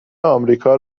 آمریکا